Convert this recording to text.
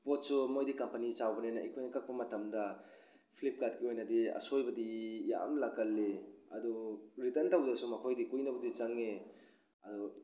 ꯄꯣꯠꯁꯨ ꯃꯣꯏꯗꯤ ꯀꯝꯄꯅꯤ ꯆꯥꯎꯕꯅꯤꯅ ꯑꯩꯈꯣꯏꯅ ꯀꯛꯄ ꯃꯇꯝꯗ ꯐ꯭ꯂꯤꯞꯀꯥꯔꯠꯀꯤ ꯑꯣꯏꯅꯗꯤ ꯑꯁꯣꯏꯕꯗꯤ ꯌꯥꯝ ꯂꯥꯛꯀꯜꯂꯤ ꯑꯗꯨ ꯔꯤꯇꯟ ꯇꯧꯕꯗꯁꯨ ꯃꯈꯣꯏꯗꯤ ꯀꯨꯏꯅꯕꯨꯗꯤ ꯆꯪꯉꯦ ꯑꯗꯨ